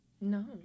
No